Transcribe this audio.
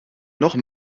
noch